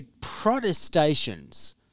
protestations